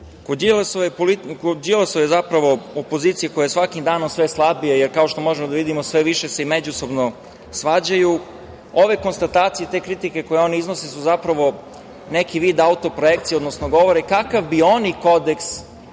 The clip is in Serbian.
Đilasove opozicije, koja je svakim danom sve slabija, jer, kao što možemo da vidimo, sve više se i međusobno svađaju, ove konstatacije i te kritike koje oni iznose su zapravo neki vid autoprojekcije, odnosno govore kakav bi oni kodeks